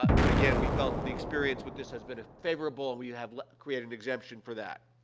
but, again, we felt the experience with this has been, ah, favorable, and we have created an exemption for that.